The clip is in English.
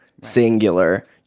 singular